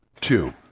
two